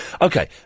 Okay